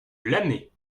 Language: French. l’année